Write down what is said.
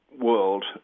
world